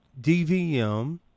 DVM